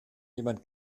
jemand